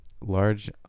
Large